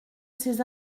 ces